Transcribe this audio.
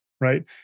right